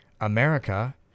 America